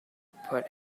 put